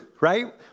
right